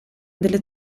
delle